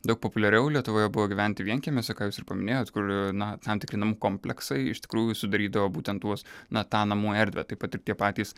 daug populiariau lietuvoje buvo gyventi vienkiemiuose ką jūs ir paminėjot kur na tam tikri namų kompleksai iš tikrųjų sudarydavo būtent tuos na tą namų erdvę taip pat ir tie patys